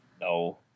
No